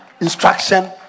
instruction